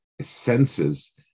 senses